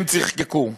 והם צחקקו.